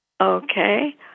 Okay